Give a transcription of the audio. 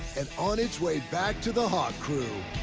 and on its way back to the hauk crew.